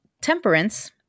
temperance